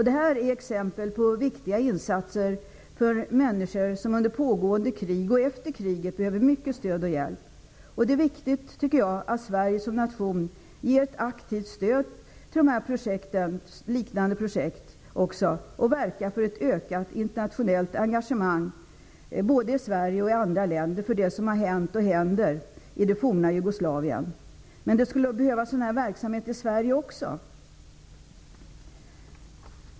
Det här är exempel på viktiga insatser för människor som under pågående krig, och efter kriget, behöver mycket stöd och hjälp. Det är viktigt, tycker jag, att Sverige som nation ger ett aktivt stöd till sådana här och liknande projekt samt verkar för ett ökat internationellt engagemang både i Sverige och i andra länder för det som har hänt, och händer, i det forna Jugoslavien. Men det skulle behövas sådan här verksamhet i Sverige också.